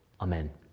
Amen